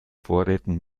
vorräten